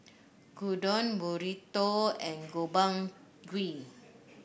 Gyudon Burrito and Gobchang Gui